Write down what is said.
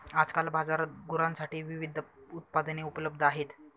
आजकाल बाजारात गुरांसाठी विविध उत्पादने उपलब्ध आहेत